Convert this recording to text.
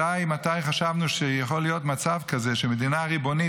מתי חשבנו שיכול להיות מצב כזה שבמדינה ריבונית